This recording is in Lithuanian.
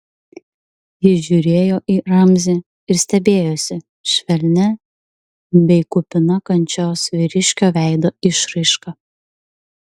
ji žiūrėjo į ramzį ir stebėjosi švelnia bei kupina kančios vyriškio veido išraiška